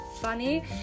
funny